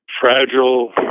fragile